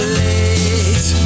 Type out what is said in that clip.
late